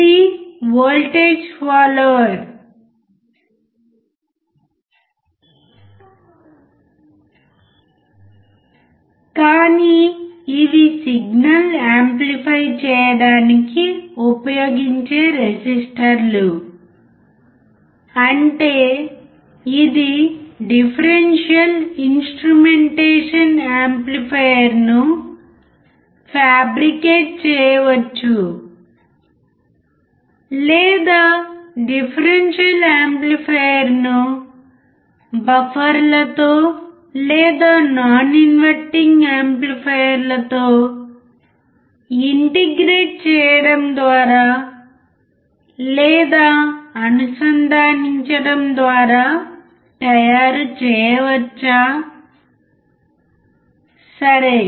ఇది voltage follower కానీ ఇవి సిగ్నల్ యాంప్లిఫై చేయడానికి ఉపయోగించే రెసిస్టర్లు అంటే ఇది డిఫరెన్షియల్ ఇన్స్ట్రుమెంటేషన్ యాంప్లిఫైయర్ను ఫ్యాబ్రికేట్ చేయవచ్చు లేదా డిఫరెన్షియల్ యాంప్లిఫైయర్ను బఫర్లతో లేదా నాన్ ఇన్వర్టింగ్ యాంప్లిఫైయర్లతో ఇంటిగ్రేట్ చేయడం ద్వారా లేదా అనుసంధానించడం ద్వారా తయారు చేయవచ్చా సరే